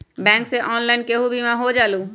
Bank से online केहु बिमा हो जाईलु?